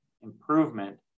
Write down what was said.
improvement